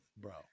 Bro